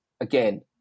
Again